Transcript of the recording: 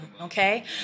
okay